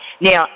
Now